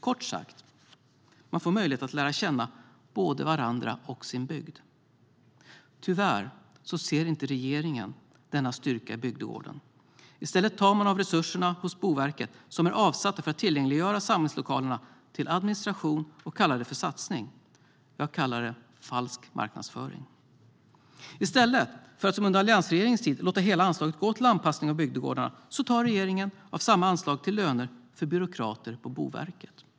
Kort sagt: Man får möjlighet att lära känna både varandra och sin bygd. Tyvärr ser inte regeringen denna styrka i bygdegården. I stället tar man av resurserna hos Boverket som är avsatta för att tillgängliggöra samlingslokalerna till administration och kallar det för satsning. Jag kallar det falsk marknadsföring. I stället för att som under alliansregeringens tid låta hela anslaget gå till anpassning av bygdegårdarna tar regeringen av samma anslag till löner för byråkrater på Boverket.